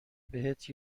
بهت